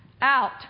out